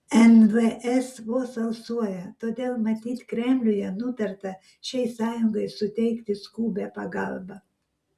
nvs vos alsuoja todėl matyt kremliuje nutarta šiai sąjungai suteikti skubią pagalbą